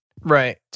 Right